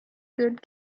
good